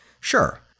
Sure